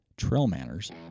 trailmanners